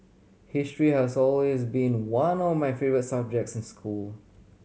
history has always been one of my favourite subjects in school